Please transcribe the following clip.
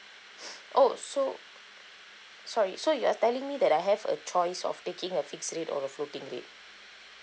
oh so sorry so you are telling me that I have a choice of taking a fixed rate or a floating rate